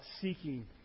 seeking